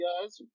guys